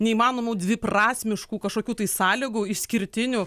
neįmanomų dviprasmiškų kažkokių tai sąlygų išskirtinių